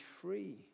free